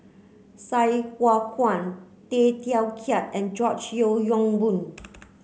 Sai Hua Kuan Tay Teow Kiat and George Yeo Yong Boon